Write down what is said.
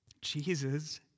Jesus